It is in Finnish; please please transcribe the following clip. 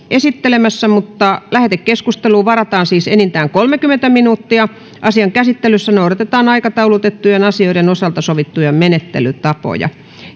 esittelemässä lähetekeskusteluun varataan enintään kolmekymmentä minuuttia asian käsittelyssä noudatetaan aikataulutettujen asioiden osalta sovittuja menettelytapoja